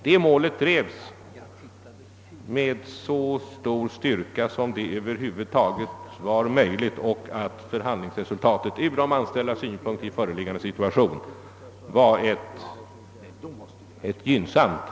Denna målsättning drevs med så stor styrka som det över huvud taget var möjligt, och förhandlingsresultatet var från de anställdas synpunkt i föreliggande situation gynnsamt.